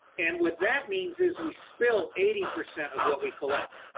and, what that means is we spill eighty percent of what we collect,